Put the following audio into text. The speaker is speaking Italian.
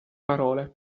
parole